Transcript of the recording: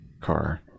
car